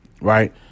Right